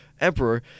emperor